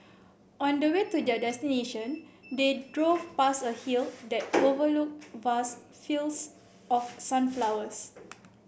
on the way to their destination they drove past a hill that overlooked vast fields of sunflowers